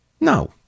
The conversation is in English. No